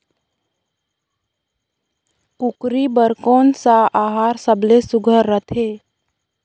कूकरी बर कोन कस आहार सबले सुघ्घर रथे?